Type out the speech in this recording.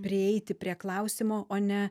prieiti prie klausimo o ne